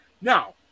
Now